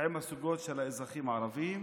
עם הסוגיות של האזרחים הערבים,